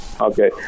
Okay